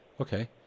Okay